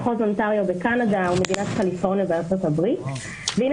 מחוז אונטריו בקנדה ומדינת קליפורניה בארצות הברית והנה